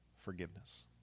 forgiveness